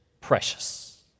precious